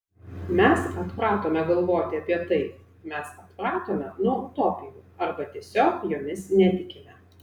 mes atpratome galvoti apie tai mes atpratome nuo utopijų arba tiesiog jomis netikime